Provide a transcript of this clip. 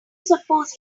suppose